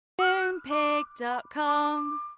Moonpig.com